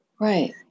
right